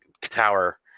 tower